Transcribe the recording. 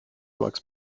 max